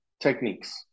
techniques